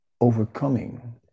overcoming